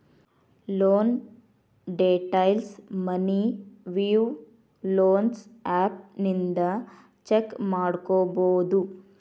loan ಡೇಟೈಲ್ಸ್ನ money view loans app ಇಂದ check ಮಾಡ್ಕೊಬೋದು